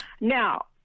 Now